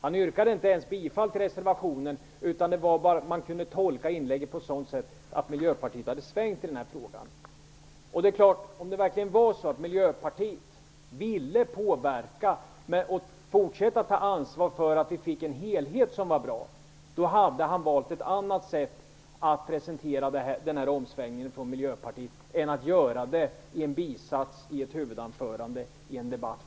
Han yrkar inte ens bifall till reservationen, men man kunde tolka inlägget som att Miljöpartiet har svängt i den här frågan. Om det var så att Miljöpartiet ville påverka och fortsätta ta ansvar för att helheten blev bra, då hade Per Lager valt ett annat sätt att presentera omsvängningen från Miljöpartiets sida. Han skulle inte har gjort det i en bisats i ett huvudanförande i en debatt.